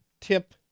tip